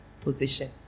position